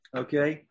okay